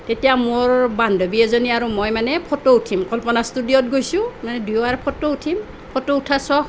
তেতিয়া মোৰ বান্ধৱী এজনী আৰু মই মানে ফটো উঠিম কল্পনা ষ্টুডিঅ'ত গৈছোঁ মানে দুয়ো আৰু ফটো উঠিম ফটো উঠাৰ চখ